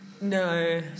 No